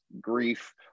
grief